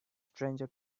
stranger